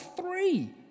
three